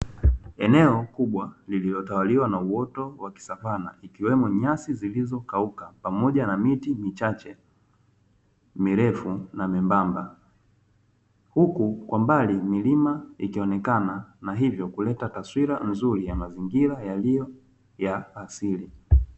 Eneo kubwa lililotawaliwa na uoto wa kisavana ikiwepo nyasi zilizo kauka pamoja na miti michache mirefu membamba, huku kwa mbali milima ikionekana na hivyo kuleta taswira nzuri ya mandhari ya kiasili